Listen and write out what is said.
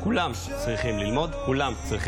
הצעת חוק גירוש משפחות מחבלים,